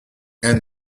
and